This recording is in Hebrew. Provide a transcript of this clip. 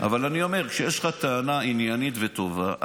אבל אני אומר: כשיש לך טענה עניינית וטובה,